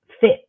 fit